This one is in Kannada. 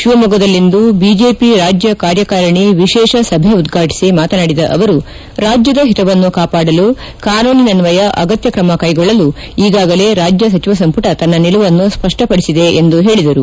ಶಿವಮೊಗ್ಗದಲ್ಲಿಂದು ಬಿಜೆಪಿ ರಾಜ್ಯ ಕಾರ್ಯಕಾರಣಿ ವಿಶೇಷ ಸಭೆ ಉದ್ವಾಟಿಸಿ ಮಾತನಾಡಿದ ಅವರು ರಾಜ್ಯದ ಹಿತವನ್ನು ಕಾಪಾಡಲು ಕಾನೂನಿನ್ವಯ ಅಗತ್ಯ ಕ್ರಮ ಕೈಗೊಳ್ಳಲು ಈಗಾಗಲೇ ರಾಜ್ಯ ಸಚಿವ ಸಂಪುಟ ತನ್ನ ನಿಲುವನ್ನು ಸ್ಪಪ್ಪಪಡಿಸಿದೆ ಎಂದು ಹೇಳಿದರು